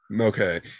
Okay